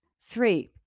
Three